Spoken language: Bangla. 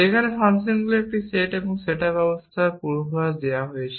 সেখানে ফাংশনগুলির একটি সেট এবং সেট আপ ব্যবসার পূর্বাভাস দেওয়া হয়েছে